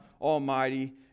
Almighty